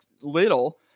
little